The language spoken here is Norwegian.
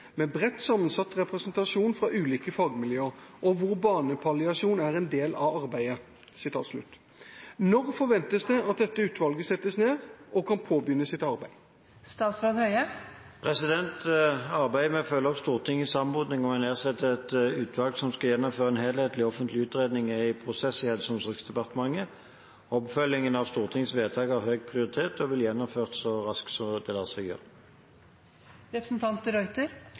med bredt sammensatt representasjon fra ulike fagmiljøer, og hvor barnepalliasjon er en del av arbeidet.' Når forventes det at dette utvalget settes ned og kan påbegynne sitt arbeid?» Arbeidet med å følge opp Stortingets anmodning om å nedsette et utvalg som skal gjennomføre en helhetlig offentlig utredning, er i prosess i Helse- og omsorgsdepartementet. Oppfølgingen av Stortingets vedtak har høy prioritet og vil bli gjennomført så raskt det lar seg